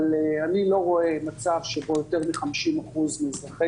אבל אני לא רואה מצב שבו יותר מ-50% מאזרחי